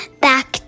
back